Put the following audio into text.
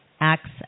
acts